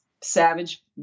Savage